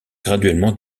graduellement